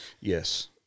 Yes